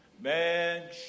Man